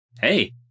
Hey